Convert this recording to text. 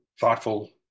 thoughtful